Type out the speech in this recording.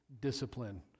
discipline